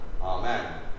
Amen